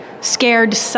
scared